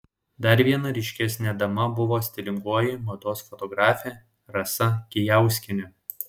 dar viena ryškesnė dama buvo stilingoji mados fotografė rasa kijakauskienė